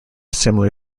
similar